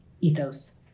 ethos